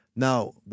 Now